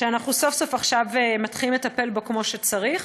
שסוף-סוף אנחנו עכשיו מתחילים לטפל בו כמו שצריך,